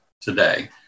today